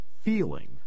feeling